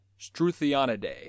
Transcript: Struthionidae